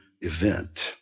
event